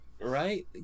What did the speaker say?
right